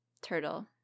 Turtle